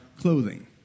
clothing